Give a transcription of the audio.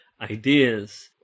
ideas